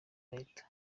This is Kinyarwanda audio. leta